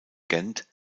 gent